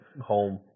home